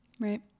Right